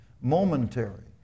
Momentary